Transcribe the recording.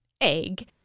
egg